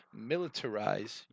militarize